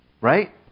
right